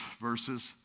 verses